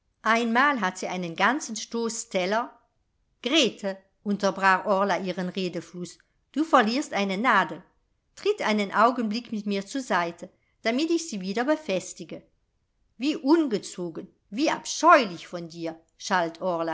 einmal hat sie einen ganzen stoß teller grete unterbrach orla ihren redefluß du verlierst eine nadel tritt einen augenblick mit mir zur seite damit ich sie wieder befestige wie ungezogen wie abscheulich von dir